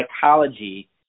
psychology